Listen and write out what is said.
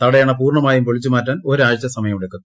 തടയണ പൂർണമായും പൊളിച്ചു മാറ്റാൻ ഒരാഴ്ച സമയമെടുക്കും